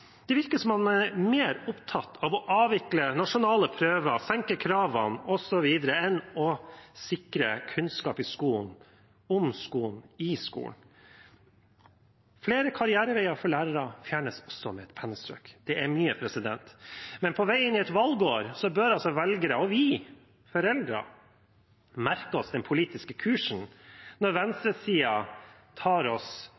Det virker som om man er mer opptatt av å avvikle nasjonale prøver, senke kravene osv. enn av å sikre kunnskap om skolen og i skolen. Flere karriereveier for lærere fjernes også med et pennestrøk. Det er mye. Men på vei inn i et valgår bør velgere og vi foreldre merke oss den politiske kursen, når venstresiden tar oss